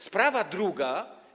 Sprawa druga.